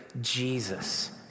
Jesus